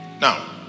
Now